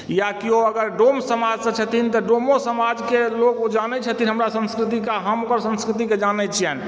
या किओ अगर डोम समाजसँ छथिन तऽ तऽ डोमो समाजके लोक ओ जानै छथिन हमर संस्कृतिके आओर हम ओकर संकृतिकेँ जानैत छियनि